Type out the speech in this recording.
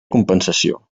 compensació